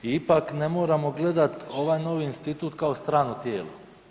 I pak, ne moramo gledati ovaj novi institut kao strano tijelo.